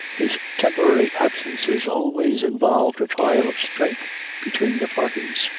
his temporary absences always involved a trial of strength between the parties,